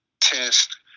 test